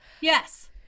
Yes